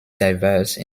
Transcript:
diverse